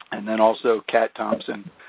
and then also cat thompson,